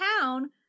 town